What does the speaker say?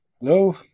Hello